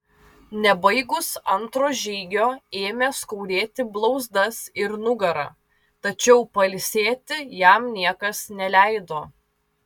nebaigus antro žygio ėmė skaudėti blauzdas ir nugarą tačiau pailsėti jam niekas neleido